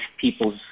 people's